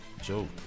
Joe